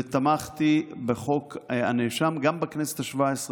ותמכתי בחוק הנאשם גם בכנסת השבע-עשרה,